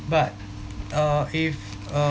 but uh if uh